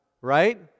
right